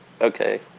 okay